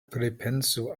pripensu